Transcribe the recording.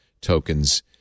tokens